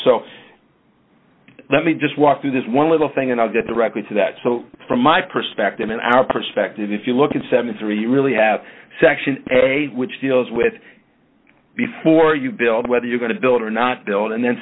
so let me just walk through this one little thing and i'll get directly to that so from my perspective and our perspective if you look in seventy three you really have a section which deals with before you build whether you're going to build or not build and then